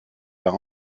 par